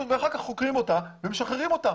חוקרים אותה ואחר כך משחררים אותה.